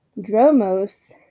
Dromos